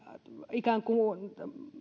ikään